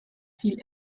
viel